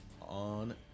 on